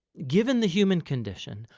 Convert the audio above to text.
given the human condition,